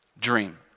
dream